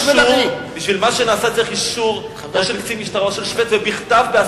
בשביל מה שנעשה צריך אישור או של קצין משטרה או של שופט,